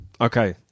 Okay